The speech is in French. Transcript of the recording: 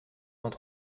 vingt